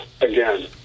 again